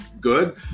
good